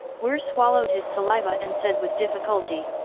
weir swallowed his saliva and said with difficulty.